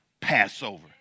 Passover